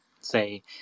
say